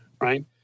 right